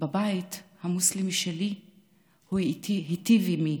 בבית המוסלמי שלי הוא היטיב עימי